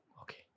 okay